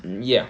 ya